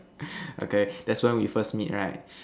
okay that's how we first meet right